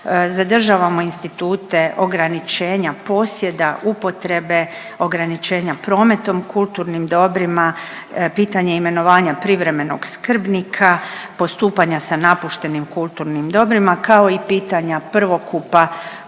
Zadržavamo institute ograničenja posjeda, upotrebe, ograničenja prometom kulturnim dobrima, pitanje imenovanja privremenog skrbnika, postupanja sa napuštenim kulturnim dobrima, kao i pitanja prvokupa